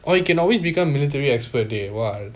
or you can always become military expert dey [what]